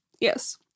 Yes